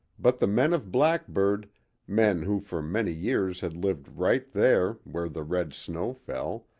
but the men of blackburg men who for many years had lived right there where the red snow fell,